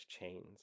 chains